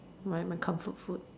my my comfort food